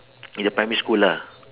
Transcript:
in the primary school lah